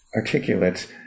articulate